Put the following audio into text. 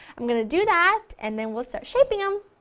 i'm going to do that and then we'll start shaping them!